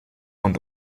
und